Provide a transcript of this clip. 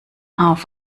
auf